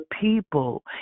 people